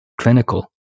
clinical